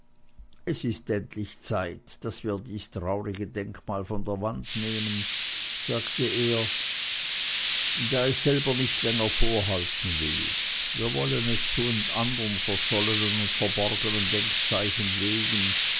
es ist endlich zeit daß wir dies traurige denkmal von der wand nehmen sagte er da es selber nicht länger vorhalten will wir wollen es zu anderen verschollenen und verborgenen denkzeichen legen